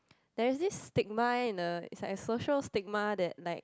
there is this stigma in a it's like a social stigma that like